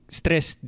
stress